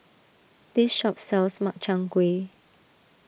this shop sells Makchang Gui